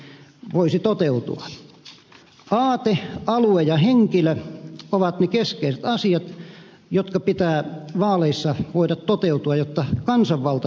aate alue ja henkilö ovat ne keskeiset asiat joiden pitää vaaleissa voida toteutua jotta kansanvalta toteutuu